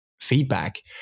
feedback